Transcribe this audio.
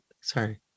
Sorry